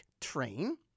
train